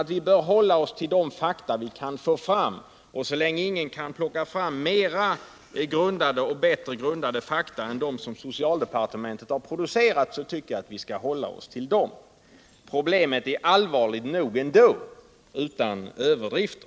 Vi bör hålla oss till de fakta vi kan få fram. Så länge ingen kan plocka fram bättre grundade fakta än dem som socialdepartementet har producerat tycker jag att vi skall hålla oss till dessa. Problemet är allvarligt nog ändå utan överdrifter.